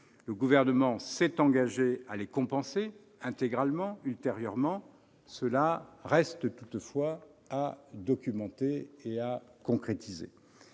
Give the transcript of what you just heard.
Le Gouvernement s'est engagé à le compenser en intégralité ultérieurement ; cela reste à documenter et à concrétiser.